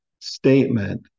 statement